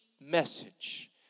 message